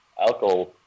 alcohol